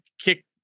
kick